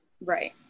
Right